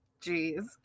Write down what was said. Jeez